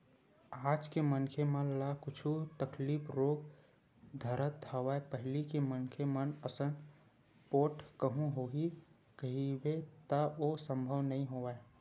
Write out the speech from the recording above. आज के मनखे मन ल कुछु तकलीफ रोग धरत हवय पहिली के मनखे मन असन पोठ कहूँ होही कहिबे त ओ संभव नई होवय